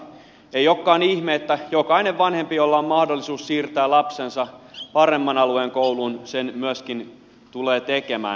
ei olekaan ihme että jokainen vanhempi jolla on mahdollisuus siirtää lapsensa paremman alueen kouluun sen myöskin tulee tekemään